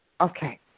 Okay